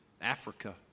Africa